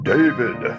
David